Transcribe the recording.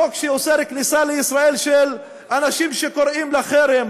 החוק שאוסר כניסה לישראל של אנשים שקוראים לחרם,